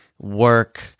work